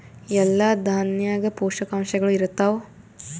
ಎಲ್ಲಾ ದಾಣ್ಯಾಗ ಪೋಷಕಾಂಶಗಳು ಇರತ್ತಾವ?